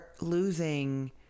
losing